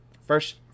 first